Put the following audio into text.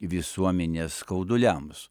visuomenės skauduliams